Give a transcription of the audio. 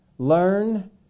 Learn